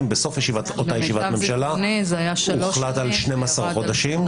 ובסוף אותה ישיבת ממשלה הוחלט על 12 חודשים.